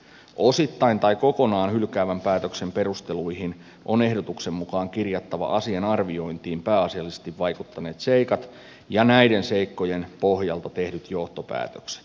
osittain tai kokonaan hylkäävän päätöksen perusteluihin on ehdotuksen mukaan kirjattava asian arviointiin pääasiallisesti vaikuttaneet seikat ja näiden seikkojen pohjalta tehdyt johtopäätökset